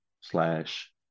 slash